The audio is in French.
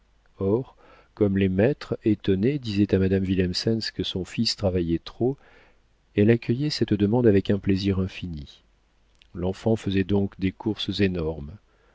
or comme les maîtres étonnés disaient à madame willemsens que son fils travaillait trop elle accueillait cette demande avec un plaisir infini l'enfant faisait donc des courses énormes